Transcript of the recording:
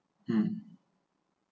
um